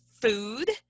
food